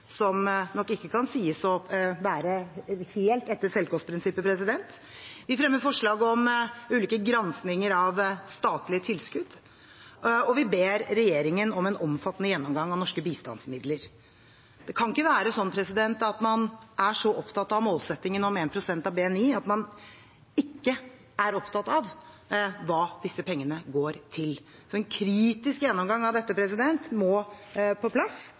som nok ikke kan sies å være helt etter selvkostprinsippet. Vi fremmer forslag om ulike granskinger av statlige tilskudd, og vi ber regjeringen om en omfattende gjennomgang av norske bistandsmidler. Det kan ikke være slik at man er så opptatt av målsettingen om 1 pst. av BNI at man ikke er opptatt av hva disse pengene går til. En kritisk gjennomgang av dette må på plass,